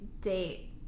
date